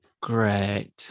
great